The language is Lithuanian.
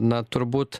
na turbūt